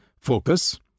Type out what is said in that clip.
focus